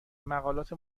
مقالات